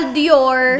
Dior